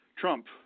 Trump